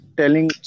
telling